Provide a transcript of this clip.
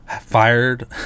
fired